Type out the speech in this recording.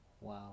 Wow